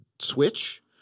Switch